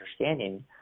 understanding